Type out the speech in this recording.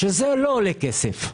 זה לא עולה כסף.